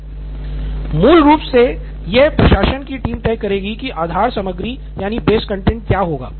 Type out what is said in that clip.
निथिन कुरियन मूल रूप से यह प्रशासन की टीम तय करेगी कि आधार सामग्री क्या हो